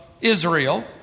Israel